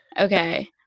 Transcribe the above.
Okay